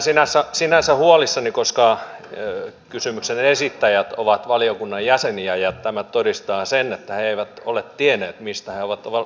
olen sinänsä huolissani koska kysymyksen esittäjät ovat valiokunnan jäseniä ja tämä todistaa sen että he eivät ole tienneet mistä he ovat olleet päättämässä